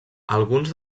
alguns